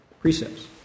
precepts